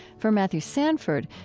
for matthew sanford,